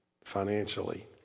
financially